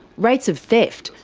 rates of theft,